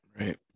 Right